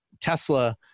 Tesla